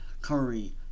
Curry